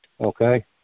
Okay